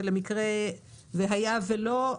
והיה ולא,